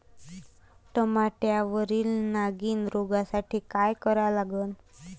टमाट्यावरील नागीण रोगसाठी काय करा लागन?